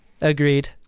Agreed